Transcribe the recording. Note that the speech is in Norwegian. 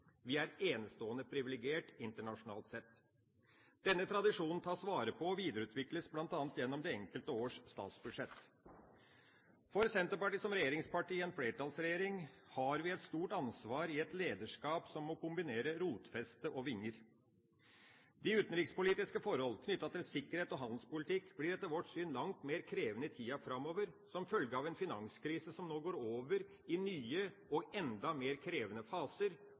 Vi er enestående privilegert internasjonalt sett. Denne tradisjonen tas vare på og videreutvikles bl.a. gjennom det enkelte års statsbudsjett. Senterpartiet som regjeringsparti i en flertallsregjering har et stort ansvar i et lederskap som må kombinere rotfeste og vinger. De utenrikspolitiske forhold knyttet til sikkerhet og handelspolitikk blir etter vårt syn langt mer krevende i tida framover som følge av en finanskrise som nå går over i nye og enda mer krevende faser,